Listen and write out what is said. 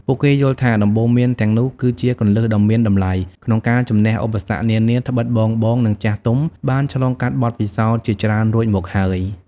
ពួកគេយល់ថាដំបូន្មានទាំងនោះគឺជា គន្លឹះដ៏មានតម្លៃ ក្នុងការជម្នះឧបសគ្គនានា ដ្បិតបងៗ និងចាស់ទុំបានឆ្លងកាត់បទពិសោធន៍ជាច្រើនរួចមកហើយ។